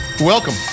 Welcome